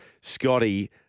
Scotty